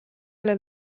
alla